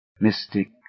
Mystic